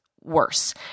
worse